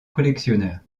collectionneurs